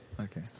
Okay